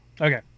Okay